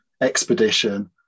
expedition